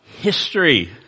history